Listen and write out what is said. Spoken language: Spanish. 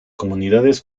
comunidades